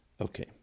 Okay